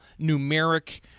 numeric